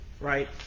right